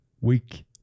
week